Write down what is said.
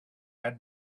had